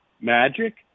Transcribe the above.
magic